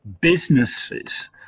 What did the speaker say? businesses